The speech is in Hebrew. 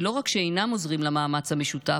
ולא רק שאינם עוזרים למאמץ המשותף,